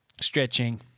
stretching